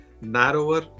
narrower